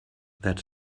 that